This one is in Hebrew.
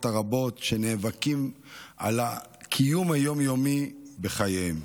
הרבות שנאבקות על הקיום היום-יומי בחייהן.